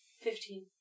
Fifteen